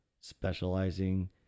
specializing